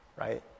right